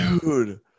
Dude